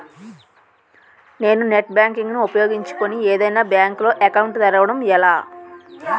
నేను net banking ను ఉపయోగించుకుని ఏదైనా బ్యాంక్ లో అకౌంట్ తెరవడం ఎలా?